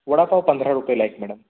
वडापाव पंधरा रुपयेला एक मॅडम